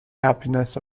happiness